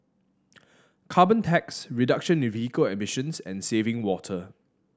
carbon tax reduction in vehicle emissions and saving water